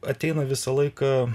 ateina visą laiką